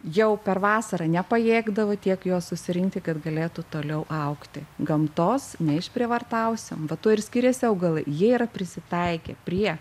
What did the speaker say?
jau per vasarą nepajėgdavo tiek jos susirinkti kad galėtų toliau augti gamtos neišprievartausim va tuo ir skiriasi augalai jie yra prisitaikę prie